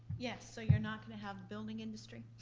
yes, so you're not gonna have building industry?